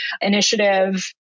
initiative